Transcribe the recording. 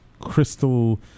crystal